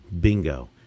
bingo